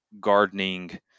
gardening